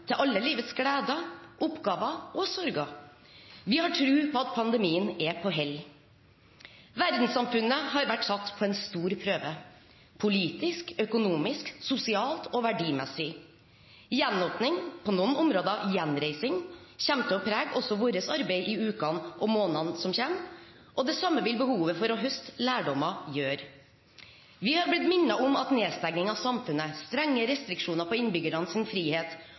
til alle livets gleder, oppgaver og sorger. Vi har tro på at pandemien er på hell. Verdenssamfunnet har vært satt på en stor prøve – politisk, økonomisk, sosialt og verdimessig. Gjenåpning og – på noen områder – gjenreising kommer til å prege også vårt arbeid i ukene og månedene som kommer. Det samme vil behovet for å høste lærdommer gjøre. Vi har blitt minnet om at en nedstenging av samfunnet, strenge restriksjoner på innbyggernes frihet